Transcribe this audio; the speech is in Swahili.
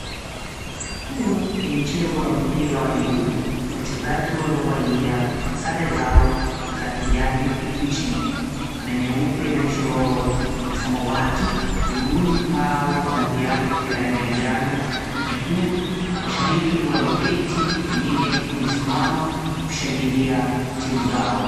Huu ni mchezo wa mipiwa wa miguu. Wachezaji waliovalia sare zao za kijani kibichi na nyeupe na mishororo ya samawati, miguuni pao wana viatu vya rangi ya njano, nyekundu. Mashabiki walioketi wengine wamesimama kushangilia timu zao.